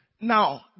Now